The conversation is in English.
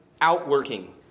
outworking